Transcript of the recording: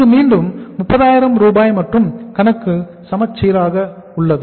இது மீண்டும் 30 ஆயிரம் ரூபாய் மற்றும் கணக்கு சமச்சீராக உள்ளது